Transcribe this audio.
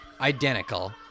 identical